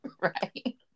right